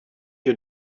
you